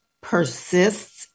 persists